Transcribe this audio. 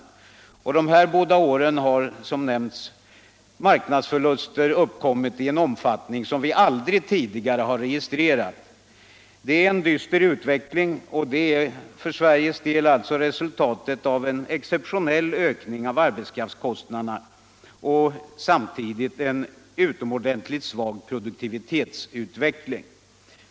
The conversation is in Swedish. Under de här Allmänpolitisk debatt Allmänpolitisk debatt båda åren har, som nämnt, marknadsförluster uppkommit i en omfattning som vi aldrig tidigare har registrerat. Det är en dyster verklighet för Sveriges del, och den är resultatet av en exceptionell ökning av arbetskraftskostnaderna och samtidigt en utomordenttigt svag produktivitetsutveckling.